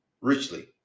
richly